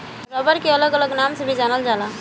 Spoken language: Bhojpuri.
रबर के अलग अलग नाम से भी जानल जाला